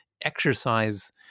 exercise